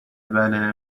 بله